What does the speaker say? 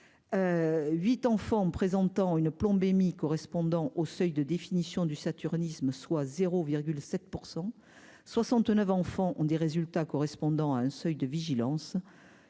8 enfants présentant une plombémie correspondant au seuil de définition du saturnisme, soit 0,7 pour 169 enfants ont des résultats correspondant à un seuil de vigilance